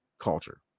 culture